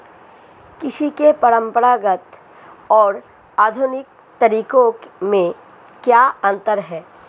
कृषि के परंपरागत और आधुनिक तरीकों में क्या अंतर है?